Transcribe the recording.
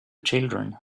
children